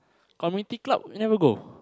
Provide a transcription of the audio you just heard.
community club never go